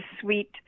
sweet